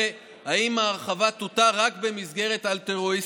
האם ההרחבה תותר רק במסגרת אלטרואיסטית?